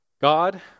God